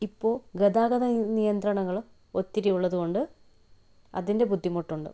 ഇപ്പോൾ ഗതാഗത നിയന്ത്രണങ്ങൾ ഒത്തിരി ഉള്ളതുകൊണ്ട് അതിൻ്റെ ബുദ്ധിമുട്ടുണ്ട്